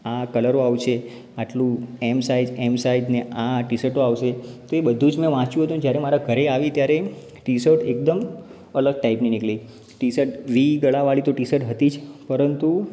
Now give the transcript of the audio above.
આ કલરો આવશે આટલું ઍમ સાઇઝ ઍલ સાઇઝને આ ટી શર્ટો આવશે તે બધું જ મેં વાચ્યું હતું અને જયારે મારા ઘરે આવી ત્યારે ટી શર્ટ એકદમ અલગ ટાઈપની નીકળી ટી શર્ટ વી ગળાવાળી ટી શર્ટ તો હતી જ પરંતુ